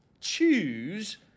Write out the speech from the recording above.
choose